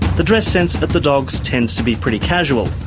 the dress sense at the dogs tends to be pretty casual,